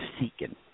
seeking